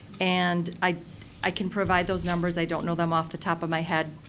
and i i can provide those numbers. i don't know them off the top of my head.